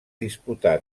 disputà